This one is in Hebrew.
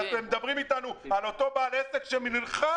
אז אתם מדברים איתנו על אותו בעל עסק שנלחם,